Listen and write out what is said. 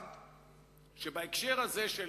אחד בהקשר הזה של